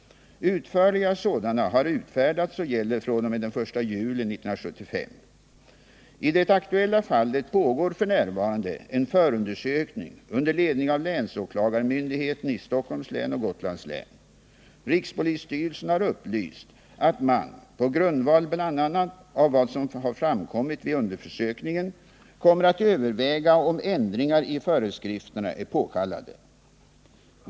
Utförliga sådana har utfärdats och gäller fr.o.m. den 1 juli 1975. I det aktuella fallet pågår f.n. en förundersökning under ledning av länsåklagarmyndigheten i Stockholms län och Gotlands län. Rikspolisstyrelsen har upplyst att man, på grundval bl.a. av vad som framkommer vid förundersökningen, kommer att överväga om ändringar i föreskrifterna är påkallade.